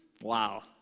wow